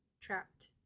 trapped